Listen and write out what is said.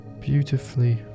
beautifully